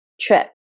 trip